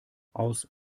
aus